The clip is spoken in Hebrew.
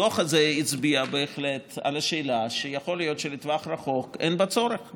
הדוח הזה הצביע בהחלט על האפשרות שיכול להיות שבטווח רחוק אין בה צורך,